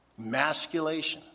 masculation